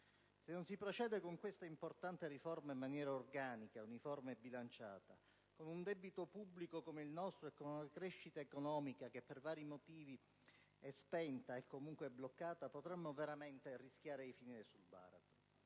Se non si procede con questa importante riforma in maniera organica, uniforme e bilanciata, con un debito pubblico come il nostro e con una crescita economica che, per vari motivi, è spenta e comunque è bloccata, potremmo veramente rischiare di finire nel baratro.